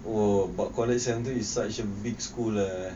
oo but college central is such a big school eh